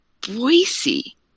Boise